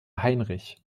heinrich